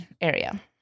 area